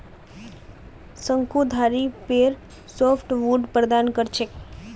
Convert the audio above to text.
शंकुधारी पेड़ सॉफ्टवुड प्रदान कर छेक